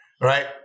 Right